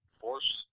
force